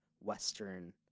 Western